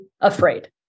afraid